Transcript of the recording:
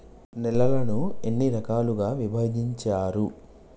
నేలలను ఎన్ని రకాలుగా విభజించారు?